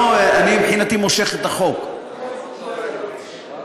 מבחינתי, מושך את החוק, אוקיי?